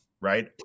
right